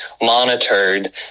monitored